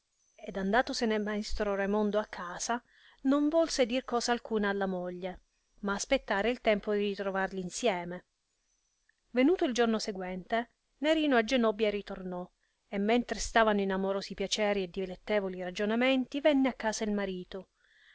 ed andatosene maestro raimondo a casa non volse dir cosa alcuna alla moglie ma aspettare il tempo di ritrovarli insieme venuto il giorno sequente nerino a genobbia ritornò e mentre stavano in amorosi piaceri e dilettevoli ragionamenti venne a casa il marito